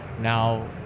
now